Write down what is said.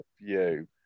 view